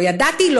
לא ידעתי,